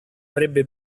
avrebbe